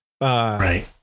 right